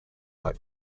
like